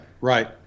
right